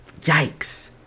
yikes